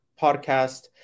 podcast